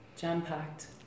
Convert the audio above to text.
jam-packed